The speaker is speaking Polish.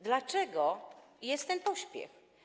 Dlaczego jest ten pośpiech?